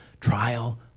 trial